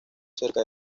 acerca